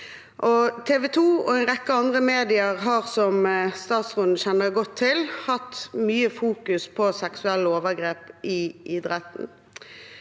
TV 2 og en rekke andre medier har, som statsråden kjenner godt til, fokusert mye på seksuelle overgrep i idretten.